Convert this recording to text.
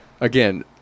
again